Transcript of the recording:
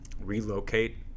relocate